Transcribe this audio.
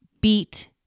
beat